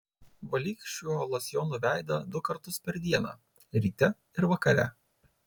valyk šiuo losjonu veidą du kartus per dieną ryte ir vakare